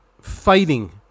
fighting